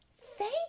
Thank